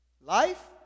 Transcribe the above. Life